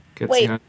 Wait